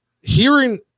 hearing